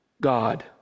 God